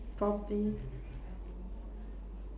probably